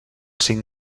cinc